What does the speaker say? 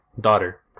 daughter